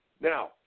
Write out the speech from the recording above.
Now